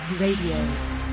Radio